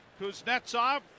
Kuznetsov